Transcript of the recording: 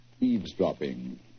eavesdropping